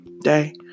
day